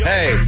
Hey